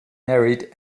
married